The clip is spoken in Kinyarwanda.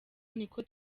niko